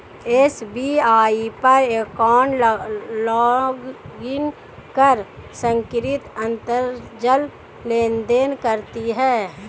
SBI पर account login कर सुकृति अंतरजाल लेनदेन करती है